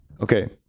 Okay